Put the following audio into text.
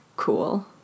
cool